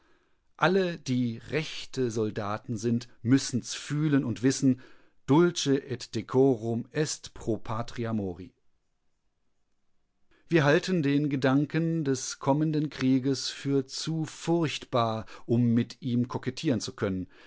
alle die rechte soldaten sind müssen's fühlen und wissen dulce et decorum est pro patria mori wir halten den gedanken des kommenden krieges für zu furchtbar um mit ihm kokettieren zu können